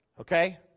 okay